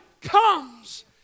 comes